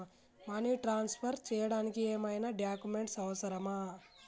Money transfer చేయడానికి ఏమైనా documents అవసరమా?